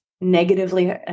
negatively